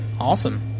Awesome